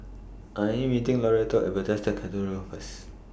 I Am meeting Loretto At Bethesda Cathedral First